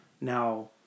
now